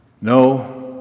No